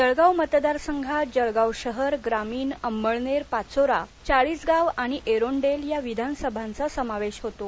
जळगाव मतदार संघात जळगाव शहर ग्रामीण अमळनेर पाचोरा चाळीसगाव आणि एरंडोल या विधानसभांचा समावेश होतो